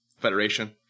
Federation